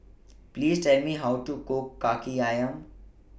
Please Tell Me How to Cook Kaki Ayam